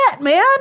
man